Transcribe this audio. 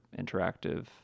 interactive